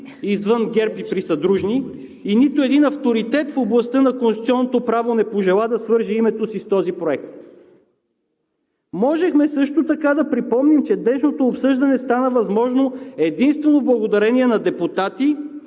извън ГЕРБ и присъдружници, и нито един авторитет в областта на конституционното право не пожела да свърже името си с този проект. Също така можехме да припомним, че днешното обсъждане стана възможно единствено благодарение на депутатите,